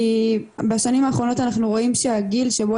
כי בשנים האחרונות אנחנו רואים שהגיל שבו